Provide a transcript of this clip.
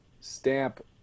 stamp